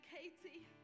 Katie